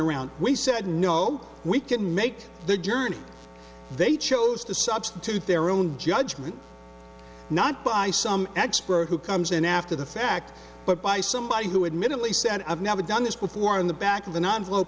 around we said no we can make the journey they chose to substitute their own judgment not by some expert who comes in after the fact but by somebody who admittedly said i've never done this before in the back of the no